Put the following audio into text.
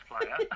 player